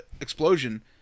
explosion